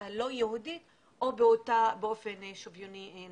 הלא יהודית או שזה נעשה באופן שוויוני.